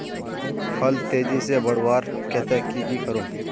फल तेजी से बढ़वार केते की की करूम?